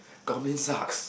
government sucks